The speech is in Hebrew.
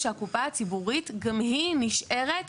שהקופה הציבורית גם היא נשארת